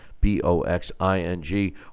B-O-X-I-N-G